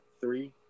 three